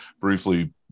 briefly